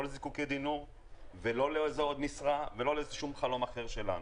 לזיקוקי דינור ולא לעוד משרה ולא לשום חלון אחר שלנו.